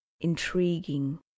intriguing